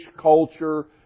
culture